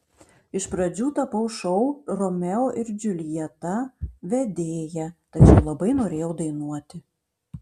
iš pradžių tapau šou romeo ir džiuljeta vedėja tačiau labai norėjau dainuoti